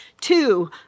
two